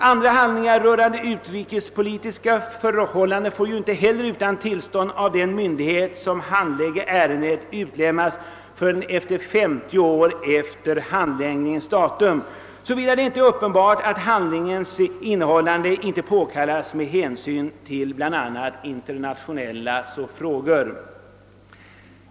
Andra handlingar rörande utrikespolitiska förhållanden får ju inte heller utan tillstånd av de myndigheter, som handlägger ärendet, utlämnas förrän femtio år efter handläggningens datum, såvida det inte är uppenbart att handlingens innehållande inte påkallas av bl.a. hänsyn till internationella frågor.